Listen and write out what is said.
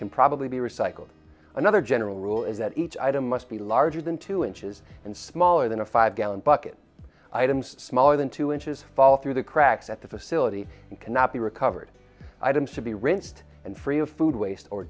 can probably be recycled another general rule is that each item must be larger than two inches and smaller than a five gallon bucket items smaller than two inches fall through the cracks at the facility and cannot be recovered items to be rinsed and free of food waste or